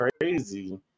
crazy